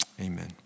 Amen